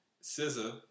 Scissor